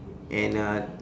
and uh